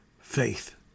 faith